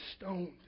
stoned